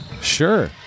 Sure